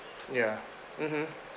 ya mmhmm